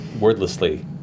wordlessly